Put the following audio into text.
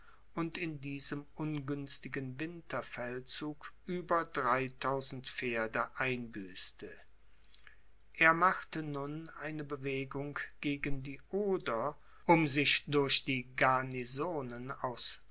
und in diesem ungünstigen winterfeldzug über dreitausend pferde einbüßte er machte nun eine bewegung gegen die oder um sich durch die garnisonen aus